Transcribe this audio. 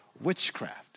witchcraft